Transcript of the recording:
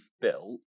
built